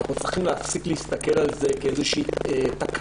אנחנו צריכים להפסיק להסתכל על זה כאיזו תקלה.